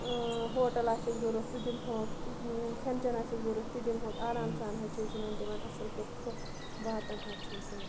hotel آسٮ۪کھ ضروٖرت سُہ دِمہوک کھٮ۪ن چٮ۪ن آسٮ۪کھ ضروٖرت تہِ دِمہوک آرام سان حظ چھِ أسۍ یِمَن دِوان اَصٕل پٲٹھۍ خہٕ واتان حظ چھِ أسۍ یِمَن